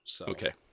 Okay